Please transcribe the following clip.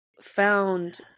found